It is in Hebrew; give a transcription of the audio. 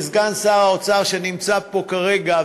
סגן שר האוצר נמצא פה כרגע,